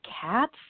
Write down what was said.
cats